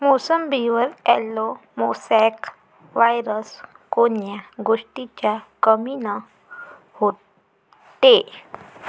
मोसंबीवर yellow mosaic virus कोन्या गोष्टीच्या कमीनं होते?